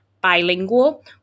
bilingual